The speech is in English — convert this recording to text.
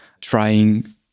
trying